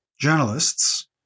journalists